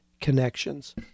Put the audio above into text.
connections